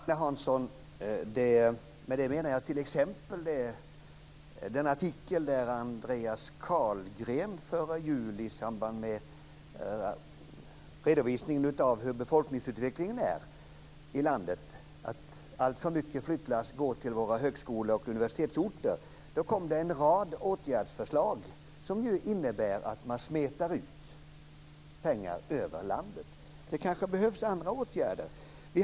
Herr talman! Agne Hansson! Jag tänker t.ex. på den artikel där Andreas Carlgren medverkade i samband med redovisningen av befolkningsutvecklingen i landet. Det handlade om att ett alltför stort flyttlass går till våra högskole och universitetsorter. Det kom en rad åtgärdsförslag som innebär att man smetar ut pengar över landet. Det kanske behövs andra åtgärder.